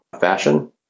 Fashion